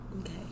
Okay